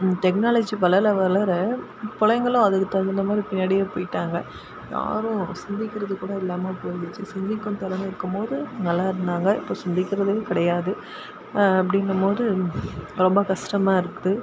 technology வளர வளர பிள்ளைங்களும் அது அதுக்கு தகுந்த மாதிரி பின்னாடியே போய்விட்டாங்க யாரும் சிந்திக்கிறது கூட இல்லாமல் போய்டுச்சு சிந்திக்கும் திறமை இருக்கும்போது நல்லாயிருந்தாங்க இப்போ சிந்திக்கிறதே கிடையாது அப்படிங்கும் போது ரொம்ப கஷ்டமாக இருக்குது